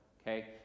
okay